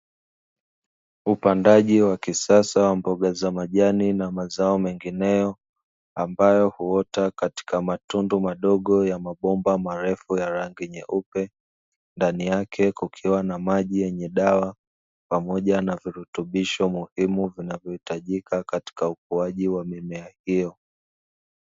Upandaji wa kisasa wa mboga za majani na mazao mengineyo ambayo huota katika matundu madogo ya mabomba marefu ya rangi nyeupe, ndani yake kukiwa na maji yenye dawa, pamoja na virutubisho muhimu vinavyohitajika katika ukuaji wa mimea hiyo.